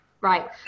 Right